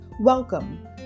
Welcome